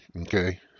Okay